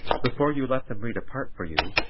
before you let them read a part for you,